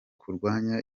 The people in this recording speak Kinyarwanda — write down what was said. kurwanya